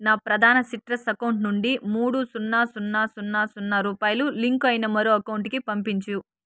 నా ప్రధాన సిట్రస్ అకౌంట్ నుండి మూడు సున్నా సున్నా సున్నా సున్నా రూపాయలు లింకు అయిన మరో అకౌంటుకి పంపించు